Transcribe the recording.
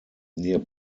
near